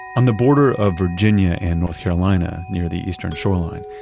on the border of virginia and north carolina near the eastern shoreline,